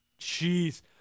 Jeez